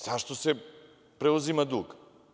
Zašto se preuzima dug?